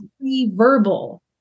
pre-verbal